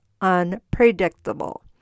unpredictable